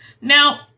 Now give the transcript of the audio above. Now